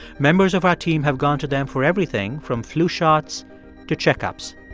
members of our team have gone to them for everything from flu shots to checkups.